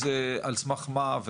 על סמך מה?